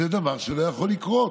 זה דבר שלא יכול לקרות.